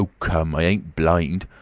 ah come! i ain't blind.